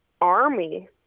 army